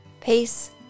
Peace